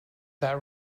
that